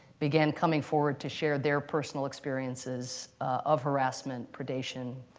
began coming forward to share their personal experiences of harassment, predation,